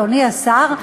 אדוני השר?